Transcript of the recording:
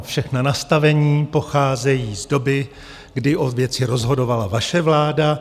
Všechna nastavení pocházejí z doby, kdy o věci rozhodovala vaše vláda.